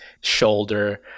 shoulder